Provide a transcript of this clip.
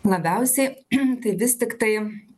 labiausiai tai vis tiktai